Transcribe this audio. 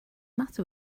matter